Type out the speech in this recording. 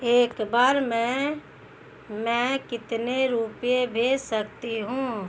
एक बार में मैं कितने रुपये भेज सकती हूँ?